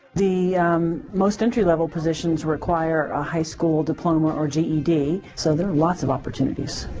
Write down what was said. the most entry level positions require a high school diploma or g e d, so there are lots of opportunities.